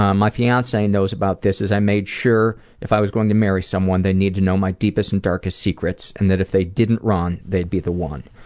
um my fiance knows about this as i made sure if i was going to marry someone, they needed to know my deepest and darkest secrets, and that if they didn't run, they'd be the one.